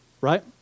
right